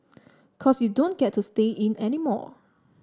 cause you don't get to stay in anymore